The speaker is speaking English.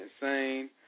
insane